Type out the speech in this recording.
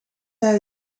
hij